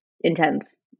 intense